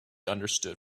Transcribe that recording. understood